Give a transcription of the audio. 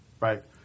Right